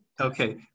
Okay